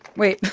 wait.